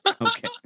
Okay